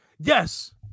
Yes